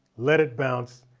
let it bounce,